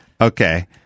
Okay